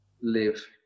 live